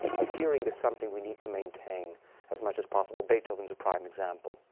but hearing is something we need to maintain as much as possible. beethoven is a prime example.